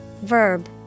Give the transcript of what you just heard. Verb